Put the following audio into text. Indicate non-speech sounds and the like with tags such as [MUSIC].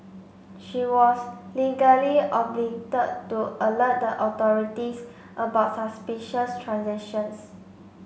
she was legally [UNINTELLIGIBLE] to alert the authorities about suspicious transactions